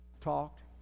talked